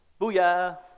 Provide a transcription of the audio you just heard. Booyah